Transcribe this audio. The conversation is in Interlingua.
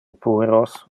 pueros